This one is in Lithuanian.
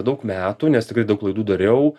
daug metų nes tikrai daug klaidų dariau